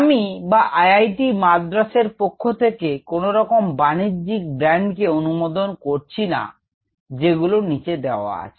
আমি বা IIT Madras এর পক্ষ থেকে কোনরকম বাণিজ্যিক ব্র্যান্ডকে অনুমোদন করছি না যেগুলো নিচে দেওয়া আছে